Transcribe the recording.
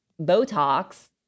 Botox